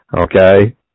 Okay